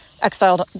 exiled